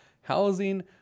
housing